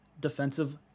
defensive